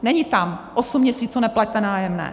Není tam osm měsíců neplaťte nájemné.